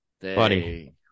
Buddy